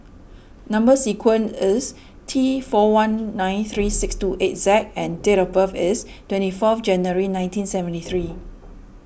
Number Sequence is T four one nine three six two eight Z and date of birth is twenty fourth January nineteen seventy three